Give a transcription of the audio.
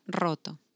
roto